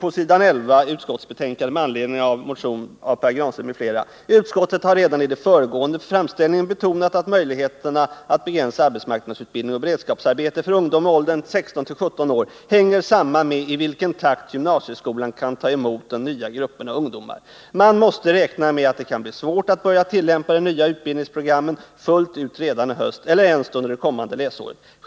På s. 11 i arbetsmarknadsutskottets betänkande skriver utskottet med anledning av motionen: ”Utskottet har redan i den föregående framställningen betonat att möjligheterna att begränsa arbetsmarknadsutbildning och beredskapsarbeten för ungdomar i åldern 16-17 år hänger samman med i vilken takt gymnasieskolan kan ta emot den nya gruppen ungdomar. Man måste räkna med att det kan bli svårt att börja tillämpa de nya utbildningsprogrammen fullt ut redan i höst eller ens under det kommande läsåret.